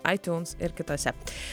aitjuns ir kitose